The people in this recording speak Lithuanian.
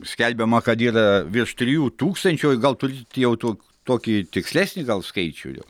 skelbiama kad yra virš trijų tūkstančių gal turit jau tok tokį tikslesnį gal skaičių jau